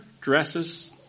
dresses